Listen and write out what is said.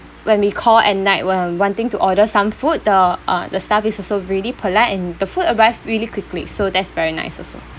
when we called at night when wanting to order some food the uh the staff is also really polite and the food arrived really quickly so that's very nice also